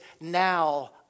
now